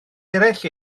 eraill